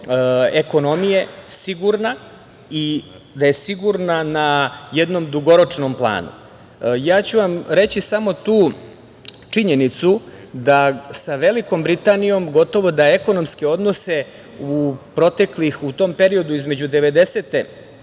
ekonomije sigurna i da je sigurna na jednom dugoročnom planu. Ja ću vam reći samo tu činjenicu da sa Velikom Britanijom gotovo da ekonomske odnose u periodu između 1990.